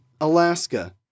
Alaska